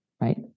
right